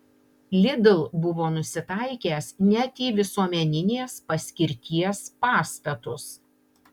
lidl buvo nusitaikęs net į visuomeninės paskirties pastatus